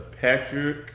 Patrick